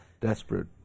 Desperate